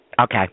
Okay